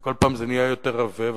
וכל פעם זה נהיה יותר עבה,